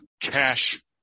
cash